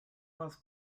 was